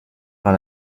par